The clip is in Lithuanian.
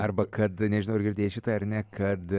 arba kad nežinau ar girdėjai šitą ar ne kad